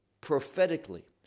prophetically